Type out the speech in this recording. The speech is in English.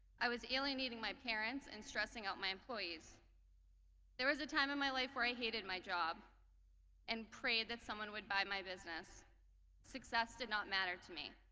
i was alienating my parents and stressing out my employees there was a time in my life where i hated my job and prayed that someone would buy my business success did not matter to me.